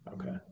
Okay